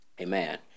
Amen